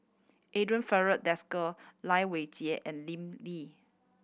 Andre Filipe Desker Lai Weijie and Lim Lee